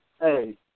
Hey